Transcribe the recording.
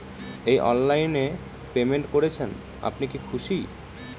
এই অনলাইন এ পেমেন্ট করছেন আপনি কি খুশি?